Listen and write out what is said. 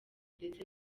ndetse